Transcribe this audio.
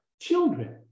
children